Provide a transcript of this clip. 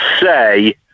say